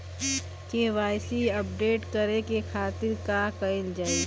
KYC update करे के खातिर का कइल जाइ?